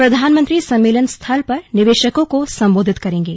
प्रधानमंत्री सम्मेलन स्थल पर निवेशकों को संबोधित करेंगे